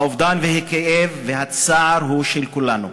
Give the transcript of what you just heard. האובדן, הכאב והצער הם של כולנו.